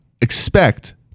expect